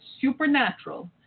supernatural